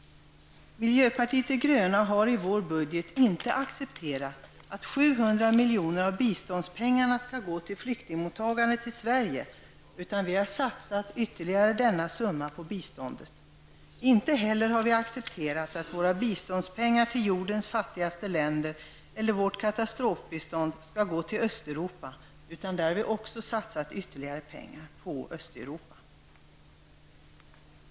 Miljöpartiet de gröna har i sin budget inte accepterat att 700 miljoner av biståndspengarna skall gå till flyktingmottagandet i Sverige, utan vi har satsat ytterligare 700 miljoner på biståndet. Inte heller har vi accepterat att våra biståndspengar till jordens fattigaste länder eller vårt katastrofbistånd skall gå till Östeuropa. Vi har därför satsat ytterligare pengar också på Östeuropa.